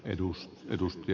edu s edusti